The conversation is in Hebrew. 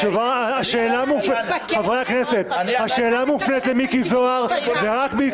התשובה לכך --- השאלה מופנית --- אם היא